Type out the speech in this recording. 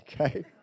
Okay